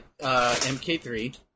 MK3